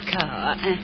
car